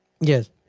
Yes